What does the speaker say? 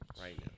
Right